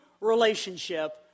relationship